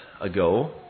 ago